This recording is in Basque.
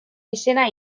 izena